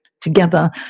together